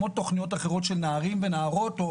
כמו תוכניות אחרות של נערים ונערות או